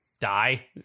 Die